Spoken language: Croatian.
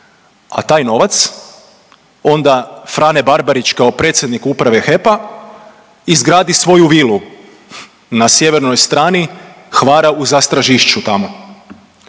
A taj novac onda Frane Barbarić kao predsjednik uprave HEP-a izgradi svoju vilu na sjevernoj strani Hvara u Zastražišću tamo.